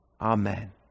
Amen